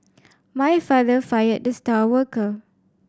my father fired the star worker